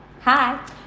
Hi